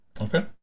Okay